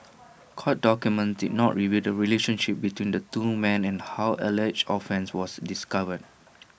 court documents did not reveal the relationship between the two men and how alleged offence was discovered